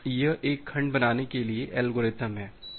तो यह एक खंड बनाने के लिए एल्गोरिथ्म है